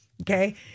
Okay